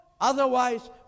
Otherwise